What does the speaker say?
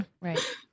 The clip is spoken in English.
right